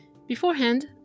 Beforehand